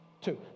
Two